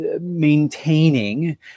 maintaining